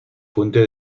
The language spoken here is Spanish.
fuente